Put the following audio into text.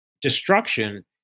destruction